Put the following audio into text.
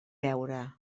veure